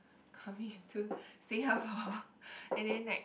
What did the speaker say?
coming to Singapore and then like